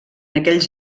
aquells